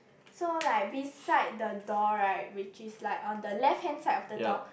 so like beside the door right which is like on the left hand side of the door